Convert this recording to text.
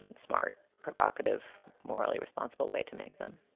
and smart, provocative, morally responsible way to make them.